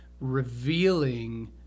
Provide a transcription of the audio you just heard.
revealing